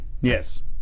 Yes